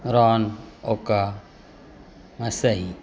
Ron ओका मसई